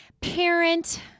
parent